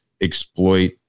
exploit